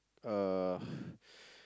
uh